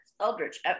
eldritch